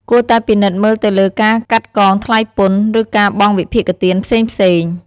គួរតែពិនិត្យមើលទៅលើការកាត់កងថ្លៃពន្ធ ឬការបង់វិភាគទានផ្សេងៗ។